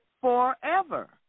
forever